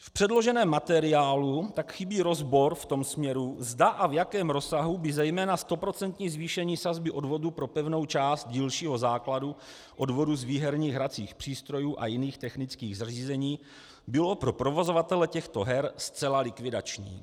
V předloženém materiálu tak chybí rozbor v tom směru, zda a v jakém rozsahu by zejména 100% zvýšení sazby odvodu pro pevnou část dílčího základu odvodu z výherních hracích přístrojů a jiných technických zařízení bylo pro provozovatele těchto her zcela likvidační.